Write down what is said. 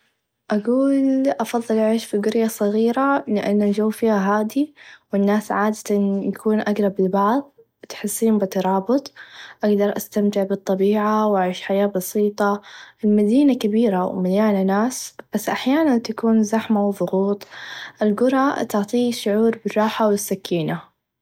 أقول أفظل أعيش في قريه صغيره لأن الچو فيها هادي و الناس عادتا يكون أقرب لبعظ تحسين بترابط أقدر أستمتع بالطبيعة و أعيش حياه بسيطه المدينه كبيره و مليانه ناس بس أحيانا تكون زحمه و ظغوط القرى تعطيني شعور بالراحه و السكينه.